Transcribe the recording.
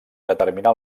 determinar